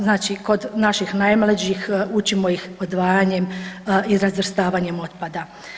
Znači kod naših najmlađih učimo ih odvajanjem i razvrstavanjem otpada.